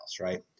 right